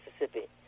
Mississippi